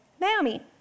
Naomi